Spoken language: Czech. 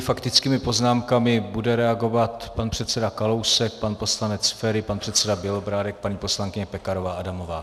Faktickými poznámkami bude reagovat pan předseda Kalousek, pan poslanec Feri, pan předseda Bělobrádek, paní poslankyně Pekarová Adamová.